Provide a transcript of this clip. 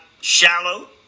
shallow